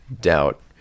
doubt